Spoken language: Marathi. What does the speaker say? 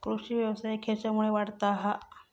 कृषीव्यवसाय खेच्यामुळे वाढता हा?